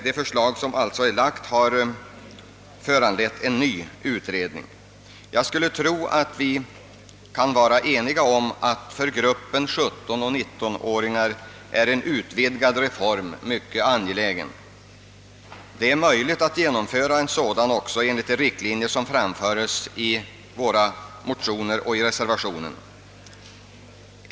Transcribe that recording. Det tidigare framlagda förslaget har nämligen föranlett en ny utredning. Vi torde alla kunna vara eniga om att en utvidgad reform är mycket angelägen för ungdomar i åldrarna 17—19 år. Den är också möjlig att genomföra efter de riktlinjer som angivits i mittenpartimotionerna och i reservationen.